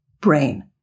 brain